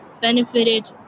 benefited